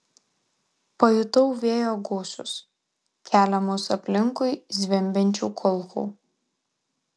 pajutau vėjo gūsius keliamus aplinkui zvimbiančių kulkų